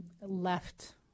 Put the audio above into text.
left